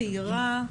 צעירה,